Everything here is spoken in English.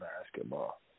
basketball